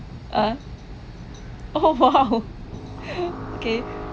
(uh huh) oh !wow! okay